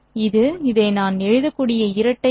இது இதை நான் எழுதக்கூடிய இரட்டை தொகை